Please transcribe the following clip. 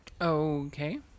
Okay